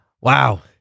Wow